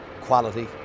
quality